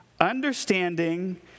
Understanding